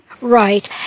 Right